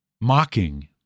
mocking